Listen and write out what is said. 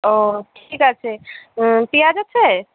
ও ঠিক আছে পিঁয়াজ আছে